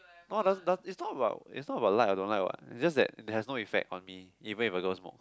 oh does does is not about is not about like or don't like what is just that it has no effect on me even if a girl smoke